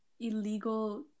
illegal